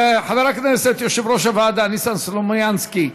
חבר הכנסת, יושב-ראש הוועדה, ניסן סלומינסקי.